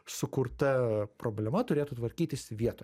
sukurta problema turėtų tvarkytis vietoje